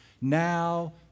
Now